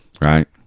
right